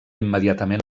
immediatament